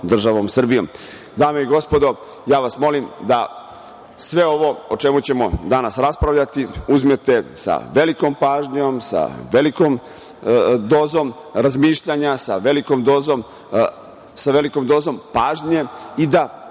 državom Srbijom. Dame i gospodo, vas molim da sve o čemu ćemo danas raspravljati uzmete sa velikom pažnjom, sa velikom dozom razmišljanja, sa velikom dozom pažnje i da